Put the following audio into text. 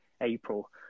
April